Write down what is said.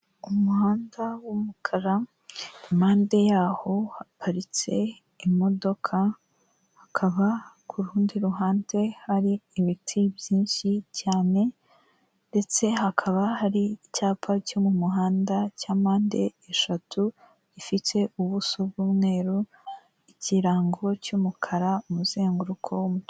Umuhanda w'umukara impande yaho haparitse imodoka hakaba ku rundi ruhande hari imiti byinshi cyane ndetse hakaba hari icyapa cyo mu muhanda cya mpande eshatu gifite ubuso bw'umweru ikirango cy'umukara umuzenguruko w'umutu...